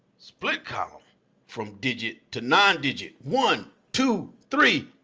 split column from digit to non-digit. one, two, three,